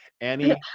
annie